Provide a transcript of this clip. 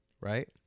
right